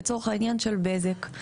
לצורך העניין של בזק.